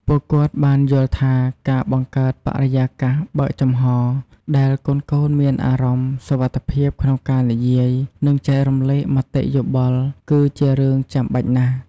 ពួកគាត់បានយល់ថា ការបង្កើតបរិយាកាសបើកចំហរ ដែលកូនៗមានអារម្មណ៍ សុវត្ថិភាពក្នុងការនិយាយ និងចែករំលែកមតិយោបល់ គឺជារឿងចាំបាច់ណាស់។